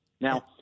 Now